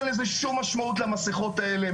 אין לזה שום משמעות למסכות האלה,